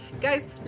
guys